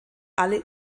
alle